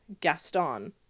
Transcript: Gaston